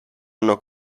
anno